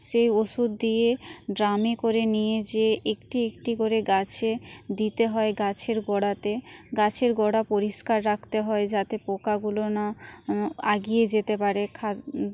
সেই ওষুধ দিয়ে ড্রামে করে নিয়ে যেয়ে একটি একটি করে গাছে দিতে হয় গাছের গোড়াতে গাছের গোড়া পরিষ্কার রাখতে হয় যাতে পোকাগুলো না এগিয়ে যেতে পারে